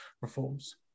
reforms